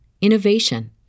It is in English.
innovation